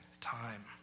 time